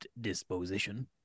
disposition